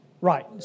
Right